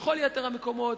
בכל יתר המקומות,